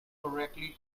correctly